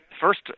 First